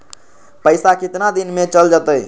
पैसा कितना दिन में चल जतई?